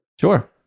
Sure